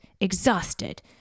exhausted